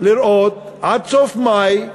לראות עד סוף מאי.